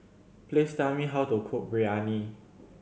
please tell me how to cook Biryani